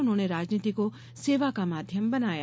उन्होंने राजनीति को सेवा का माध्यम बनाया